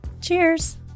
Cheers